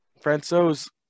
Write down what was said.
Franco's